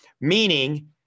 Meaning